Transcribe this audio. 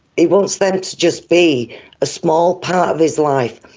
he wants them to just be a small part of his life.